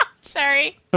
Sorry